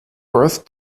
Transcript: worth